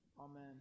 Amen